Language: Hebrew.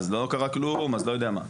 אז לא קרה כלום, אז לא יודע מה.